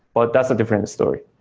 but that's a different story.